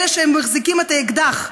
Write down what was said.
אלה שמחזיקים את האקדח,